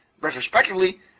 retrospectively